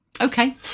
Okay